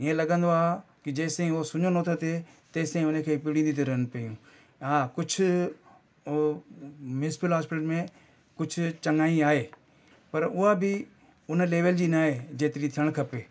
ईअं लॻंदो आहे की जेसिताईं उहो सुञो नथो थिए तेसिताईं उन खे पीड़ी थियूं रहनि पियूं हा कुझु उहो म्यूंस्पिल हॉस्पीटल में कुझु चङाई आहे पर उहा बि उन लेवल जी न आहे जेतिरी थियणु खपे